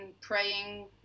praying